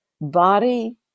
body